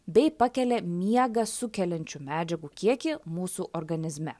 bei pakelia miegą sukeliančių medžiagų kiekį mūsų organizme